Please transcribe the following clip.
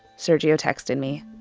sergiusz texted me.